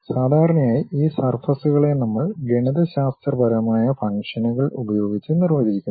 സാധാരണയായി ഈ സർഫസ്കളെ നമ്മൾ ഗണിതശാസ്ത്രപരമായ ഫംഗ്ഷനുകൾ ഉപയോഗിച്ച് നിർവചിക്കുന്നു